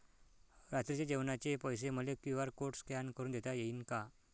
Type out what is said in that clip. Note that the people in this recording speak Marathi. रात्रीच्या जेवणाचे पैसे मले क्यू.आर कोड स्कॅन करून देता येईन का?